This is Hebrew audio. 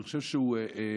אני חושב שהוא חשוב.